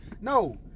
No